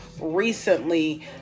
recently